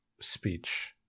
speech